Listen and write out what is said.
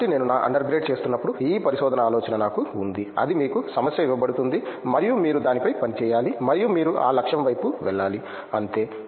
కాబట్టి నేను నా అండర్ గ్రేడ్ చేస్తున్నప్పుడు ఈ పరిశోధన ఆలోచన నాకు ఉంది అది మీకు సమస్య ఇవ్వబడుతుంది మరియు మీరు దానిపై పని చేయాలి మరియు మీరు ఆ లక్ష్యం వైపు వెళ్ళాలి అంతే